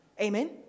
Amen